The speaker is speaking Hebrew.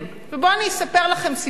ובואו אני אספר לכם סיפור,